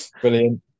Brilliant